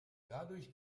dadurch